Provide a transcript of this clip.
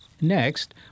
Next